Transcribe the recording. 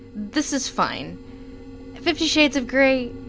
this is fine fifty shades of grey,